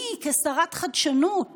אני כשרת חדשנות